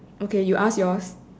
okay you ask yours